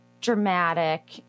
dramatic